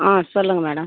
ஆ சொல்லுங்கள் மேடம்